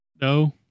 No